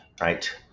right